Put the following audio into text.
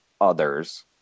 others